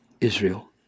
Israel